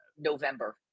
November